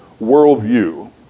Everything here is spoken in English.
worldview